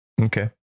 okay